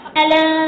Hello